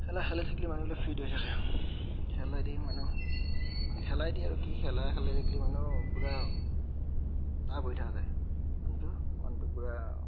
খেলা খেলাই থাকলি মানুহবিলাক ফিট হৈ থাকে খেলায়েদি মানুহ খেলায়েদি আৰু কি খেলা খেলে থাকলি মানুহ পূৰা টাফ্ হৈ থকা যায় মানুহটো মানুহটো পূৰা